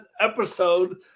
episode